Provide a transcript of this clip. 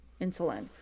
insulin